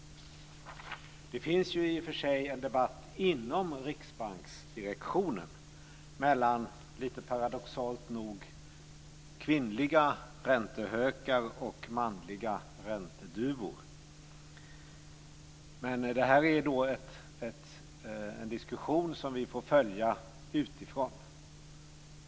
Det finns i och för sig en debatt inom riksbanksdirektionen mellan, paradoxalt nog, kvinnliga räntehökar och manliga ränteduvor. Men det här är en diskussion som vi får följa utifrån.